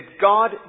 God